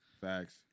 Facts